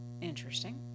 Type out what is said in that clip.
Interesting